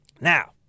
Now